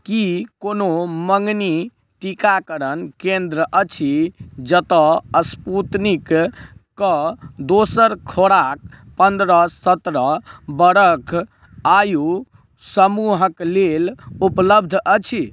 की कोनो मँगनी टीकाकरण केन्द्र अछि जतय स्पूतनिकके दोसर खुराक पन्द्रह सत्रह बरख आयु समूहके लेल उपलब्ध अछि